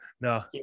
no